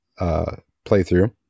playthrough